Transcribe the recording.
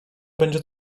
będzie